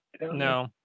No